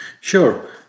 Sure